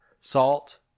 Salt